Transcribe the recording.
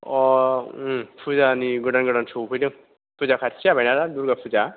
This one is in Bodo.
अ' फुजानि गोदान गोदान सफैदों फुजा खाथि जाबायना दा दुरगा फुजा